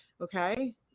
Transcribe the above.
okay